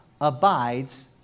abides